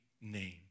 name